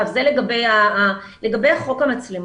לגבי חוק המצלמות.